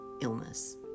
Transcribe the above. illness